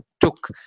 took